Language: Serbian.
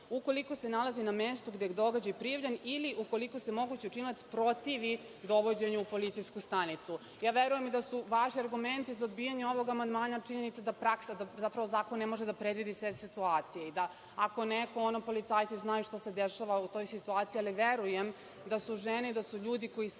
ukoliko se nalazi na mestu gde je događaj prijavljen ili ukoliko se mogući učinilac protivi dovođenju u policijsku stanicu. Ja verujem da su vaši argumenti za odbijanje ovog amandmana činjenica da praksa, zapravo zakon, ne može da predvidi sve situacije, da ako, onda policajci znaju šta se dešava u toj situaciji, ali verujem da su žene, da su ljudi koji su